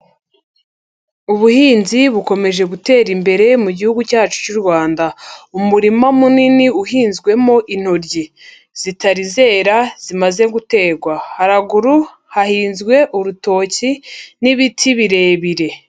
Ubuhinzi bukomeje gutera imbere mu gihugu cyacu cy'u Rwanda. Umurima munini uhinzwemo intoryi zitari zera, zimaze guterwa. Haraguru hahinzwe urutoki n'ibiti birebire.